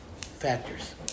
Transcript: factors